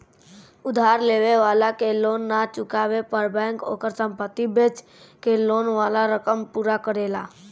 उधार लेवे वाला के लोन ना चुकवला पर बैंक ओकर संपत्ति बेच के लोन वाला रकम पूरा करेला